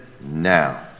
now